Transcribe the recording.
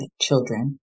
children